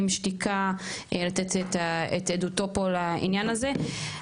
שתיקה" לתת את עדותו פה לעניין הזה,